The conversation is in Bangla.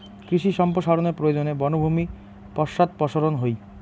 কৃষি সম্প্রসারনের প্রয়োজনে বনভূমি পশ্চাদপসরন হই